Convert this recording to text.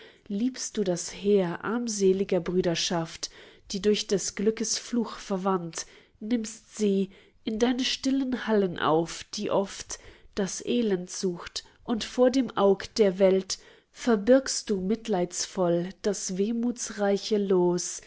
liebst du das heer armsel'ger brüderschaft die durch des glückes fluch verwandt nimmst sie in deine stillen hallen auf die oft das elend sucht und vor dem aug der welt verbirgst du mitleidsvoll das wehmutsreiche los